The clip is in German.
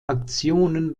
aktionen